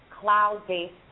cloud-based